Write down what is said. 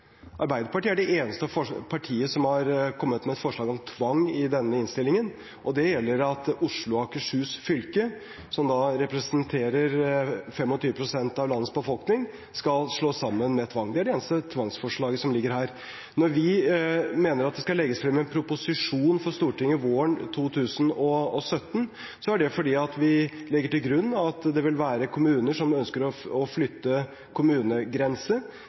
Arbeiderpartiet. Arbeiderpartiet er det eneste partiet som har kommet med et forslag om tvang i denne innstillingen, og det gjelder at Oslo og Akershus fylker, som representerer 25 pst. av landets befolkning, skal slås sammen med tvang. Det er det eneste tvangsforslaget som ligger her. Når vi mener at det skal legges frem en proposisjon for Stortinget våren 2017, er det fordi vi legger til grunn at det vil være kommuner som ønsker å flytte kommunegrense,